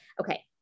okay